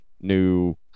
new